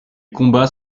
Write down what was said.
combats